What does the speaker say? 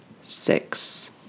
six